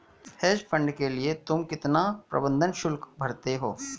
Hedge fund के लिए तुम कितना प्रबंधन शुल्क भरते हो?